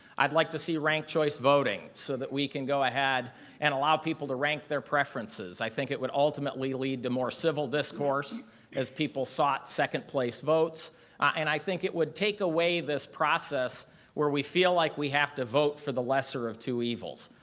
i'd like to see rank choice voting so we can go ahead and allow people to rank their preferences. i think it would ultimately lead to more civil discourse as people sought second place votes and i think it would take away this process where we feel like we have to vote for the lesser of two evils.